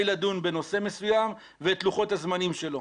לדון בנושא מסוים ואת לוחות הזמנים שלו,